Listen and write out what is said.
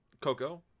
coco